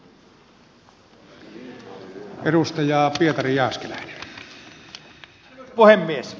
arvoisa puhemies